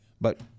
But-